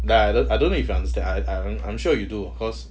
like I I don't know if you understand ah I'm sure you do cause